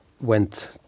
went